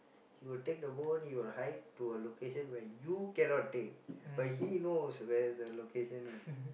he will take the bone he will hide to a location where you cannot take but he knows where the location is